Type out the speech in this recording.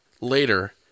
Later